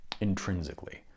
intrinsically